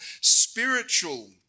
spiritual